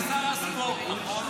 אל תתעלמו מהאחריות.